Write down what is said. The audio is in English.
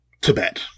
Tibet